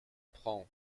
prend